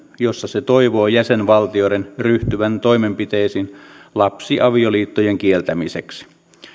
jossa se toivoo jäsenvaltioiden ryhtyvän toimenpiteisiin lapsiavioliittojen kieltämiseksi